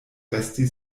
resti